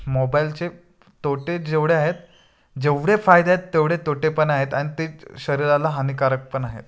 मोबाईलचे तोटे जेवढे आहेत जेवढे फायदे आहेत तेवढे तोटे पण आहेत अन तेच शरीराला हानिकारक पण आहेत